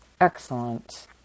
Excellent